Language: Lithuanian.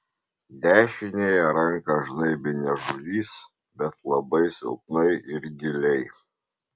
dešiniąją ranką žnaibė niežulys bet labai silpnai ir giliai